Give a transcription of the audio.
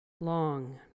long